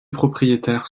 propriétaires